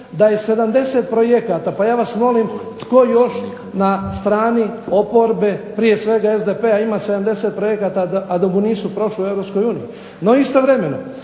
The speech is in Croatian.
da 70 projekta. Pa ja vas molim tko još na strani oporbe prije svega SDP-a ima 70 projekta a da mu nisu prošli u EU. No istovremeno,